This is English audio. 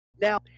now